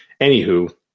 Anywho